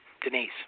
Denise